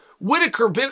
Whitaker